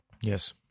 Yes